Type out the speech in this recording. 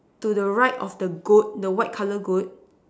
to the right of the goat the white colour goat